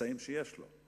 באמצעים שיש לו.